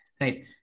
right